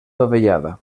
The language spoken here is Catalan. dovellada